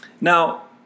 Now